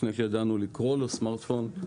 עוד לפני שידענו לקרוא לו סמארטפון.